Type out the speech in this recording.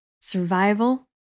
survival